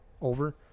over